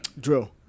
drill